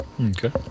okay